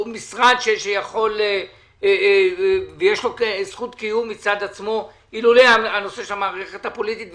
שיכול ויש לו זכות קיום מצד עצמו אילולא הנושא של המערכת הפוליטית,